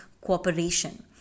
cooperation